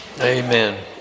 Amen